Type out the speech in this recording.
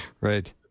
Right